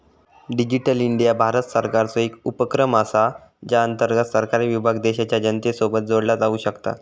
digital India Bharat सरकारचो एक उपक्रम असा ज्या अंतर्गत सरकारी विभाग देशाच्या जनतेसोबत जोडला जाऊ शकता